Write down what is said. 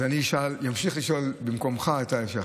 אז אמשיך לשאול במקומך את ההמשך.